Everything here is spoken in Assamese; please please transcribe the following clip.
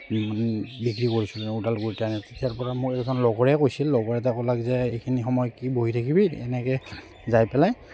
বিক্ৰী কৰিছিলোঁ ওদালগুৰিতে আনি তেতিয়াৰপৰা মোৰ এজন লগৰে কৈছিল লগৰ এটা ক'লে যে এইখিনি সময় কি বহি থাকিবি এনেকৈ যাই পেলাই